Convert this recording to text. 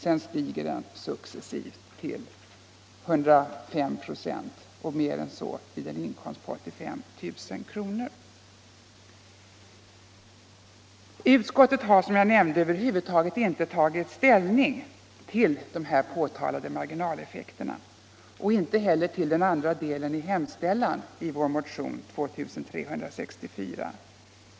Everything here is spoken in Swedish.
Sedan stiger den successivt till mer än 105 96 vid en inkomst på 85 000 kr. Utskottet har som jag nämnde över huvud inte tagit ställning till de här påtalade marginaleffekterna och inte heller till den andra delen av yrkandet i vår motion 2364.